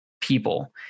people